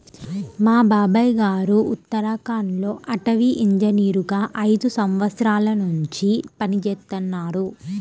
మా బాబాయ్ గారు ఉత్తరాఖండ్ లో అటవీ ఇంజనీరుగా ఐదు సంవత్సరాల్నుంచి పనిజేత్తన్నారు